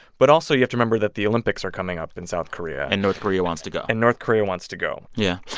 but also, you have to remember that the olympics are coming up in south korea and north korea wants to go and north korea wants to go yeah.